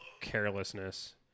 carelessness